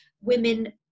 women